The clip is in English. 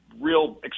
real